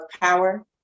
power